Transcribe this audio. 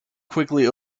quickly